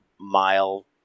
mile